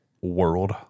world